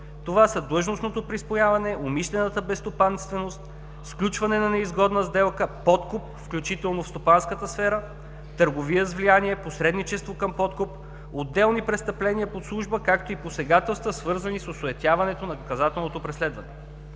Това са: длъжностното присвояване; умишлената безстопанственост, сключване на неизгодна сделка; подкуп, включително в стопанската сфера; търговия с влияние; посредничество към подкуп; отделни престъпления по служба, както и посегателства, свързани с осуетяването на наказателното преследване.